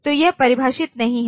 तो यह परिभाषित नहीं है